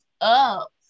up